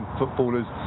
footballers